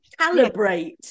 calibrate